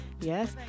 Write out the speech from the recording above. Yes